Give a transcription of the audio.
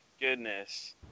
goodness